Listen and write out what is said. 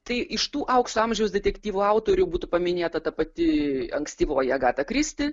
tai iš tų aukso amžiaus detektyvų autorių būtų paminėta ta pati ankstyvoji agata kristi